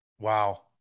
Wow